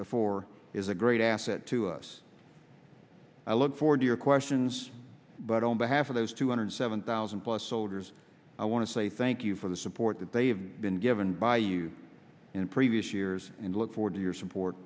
before is a great asset to us i look forward to your questions but on behalf of those two hundred seven thousand plus soldiers i want to say thank you for the support that they have been given by you in previous years and look forward to your support